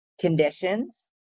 conditions